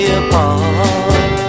apart